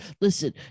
Listen